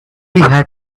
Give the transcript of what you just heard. had